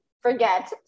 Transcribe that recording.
forget